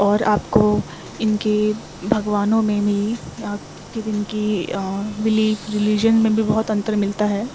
اور آپ کو ان کے بھگوانوں میں بھی پھر ان کی بلیف رلیجن میں بھی بہت انتر ملتا ہے